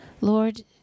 Lord